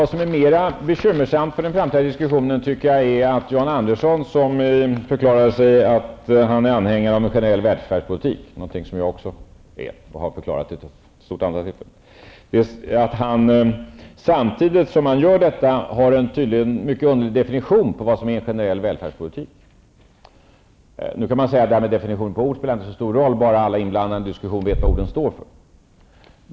Vad som är mer bekymmersamt för den framtida diskussionen är att Jan Andersson, samtidigt som han förklarar att han är anhängare av en generell välfärdspolitik, något som jag också är och har förklarat vid ett stort antal tillfällen, tydligen har en mycket underlig definition av vad som är en generell välfärdspolitik. Nu kan man säga att definitionen av ord inte spelar så stor roll om alla inblandade vet vad orden står för.